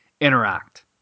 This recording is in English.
interact